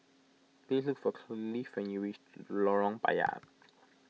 please look for Clive when you reach Lorong Payah